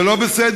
זה לא בסדר,